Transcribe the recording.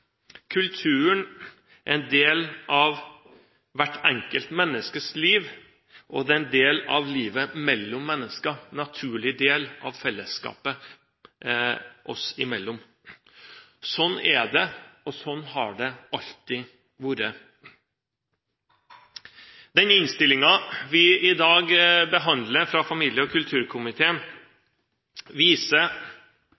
Kulturen er en del av hvert enkelt menneskes liv, og det er en del av livet mennesker imellom, en naturlig del av fellesskapet. Slik er det, og slik har det alltid vært. Den innstillingen vi i dag behandler fra familie- og kulturkomiteen,